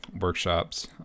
workshops